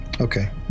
Okay